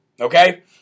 okay